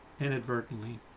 inadvertently